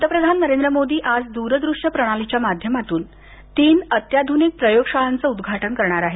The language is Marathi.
पंतप्रधान नरेंद्र मोदी आज दूर दृश्य प्रणालीच्या माध्यमांतून तीन अत्याधुनिक प्रयोगशाळांचं उद्घाटन करणार आहेत